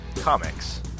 Comics